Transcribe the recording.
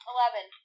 Eleven